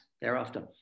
thereafter